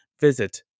visit